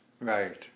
Right